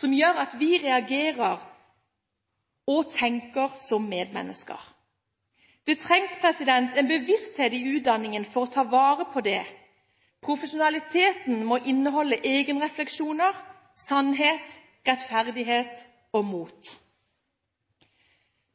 som gjør at vi reagerer og tenker som medmennesker. Det trengs en bevissthet i utdanningen for å ta vare på det. Profesjonaliteten må inneholde egenrefleksjoner, sannhet, rettferdighet og mot.